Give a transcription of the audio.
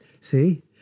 See